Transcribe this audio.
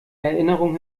erinnerung